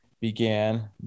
began